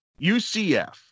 UCF